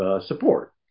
support